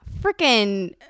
Freaking-